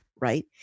right